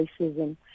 racism